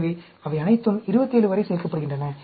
எனவே அவை அனைத்தும் 27 வரை சேர்க்கப்படுகின்றன